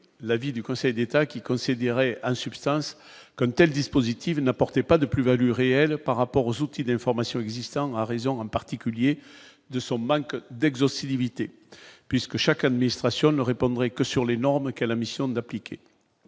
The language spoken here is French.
l'avis du Conseil d'État qui considérait en substance comme tels dispositifs n'apportait pas de plus-Value réelle par rapport aux outils d'information existants en raison en particulier de son manque d'exhaustivité, puisque chaque administration ne répondraient que sur les normes qu'la mission d'appliquer